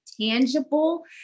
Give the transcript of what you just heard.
tangible